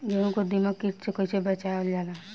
गेहूँ को दिमक किट से कइसे बचावल जाला?